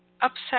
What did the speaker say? upset